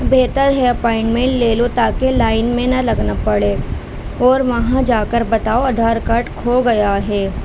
بہتر ہے اپوائنٹمنٹ لے لو تا کہ لائن میں نہ لگنا پڑے اور وہاں جا کر بتاؤ آدھار کارڈ کھو گیا ہے